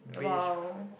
wow